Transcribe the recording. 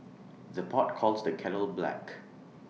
the pot calls the kettle black